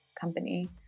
company